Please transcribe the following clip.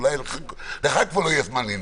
אולי לך כבר לא יהיה זמן לנאום.